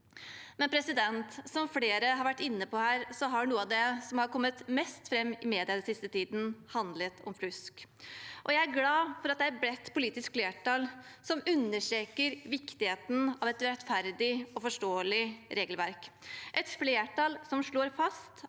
mer polarisert. Som flere har vært inne på, har noe av det som har kommet mest fram i mediene den siste tiden, handlet om fusk. Jeg er glad for at det er et bredt politisk flertall som understreker viktigheten av et rettferdig og forståelig regelverk. Det er et flertall som slår fast